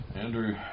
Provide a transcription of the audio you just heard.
Andrew